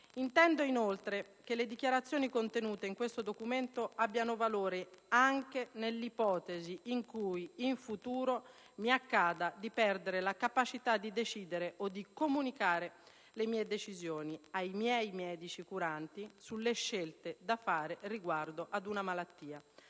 Intendo inoltre che le dichiarazioni contenute in questo documento abbiano valore anche nell'ipotesi in cui in futuro mi accada di perdere la capacità di decidere o di comunicare le mie decisioni ai miei medici curanti sulle scelte da fare riguardo ad una malattia.